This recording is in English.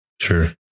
sure